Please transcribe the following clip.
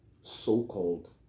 so-called